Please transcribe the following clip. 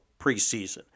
preseason